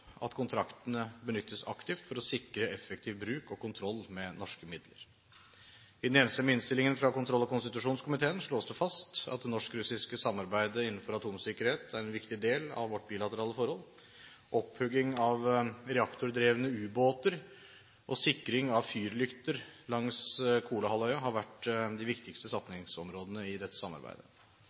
at kontraktene benyttes aktivt for å sikre effektiv bruk og kontroll med norske midler. I den enstemmige innstillingen fra kontroll- og konstitusjonskomiteen slås det fast at det norsk-russiske samarbeidet innenfor atomsikkerhet er en viktig del av vårt bilaterale forhold. Opphugging av reaktordrevne ubåter og sikring av fyrlykter langs Kolahalvøya har vært de viktigste satsingsområdene i dette samarbeidet.